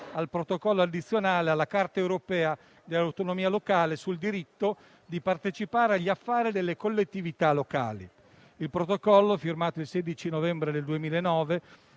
al Protocollo addizionale alla Carta europea dell'autonomia locale sul diritto di partecipare agli affari delle collettività locali. Il Protocollo, firmato il 16 novembre 2009,